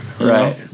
Right